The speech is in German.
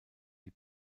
die